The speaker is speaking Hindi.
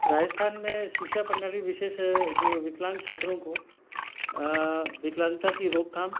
राजस्थान में शिक्षा प्रणाली विशेष जो विकलांग छात्रों को विकलांगता की रोकथाम